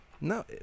no